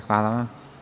Hvala vam.